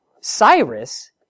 Cyrus